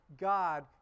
God